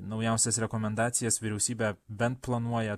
naujausias rekomendacijas vyriausybė bent planuoja